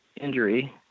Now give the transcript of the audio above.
injury